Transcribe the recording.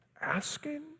asking